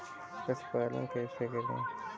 पशुपालन कैसे करें?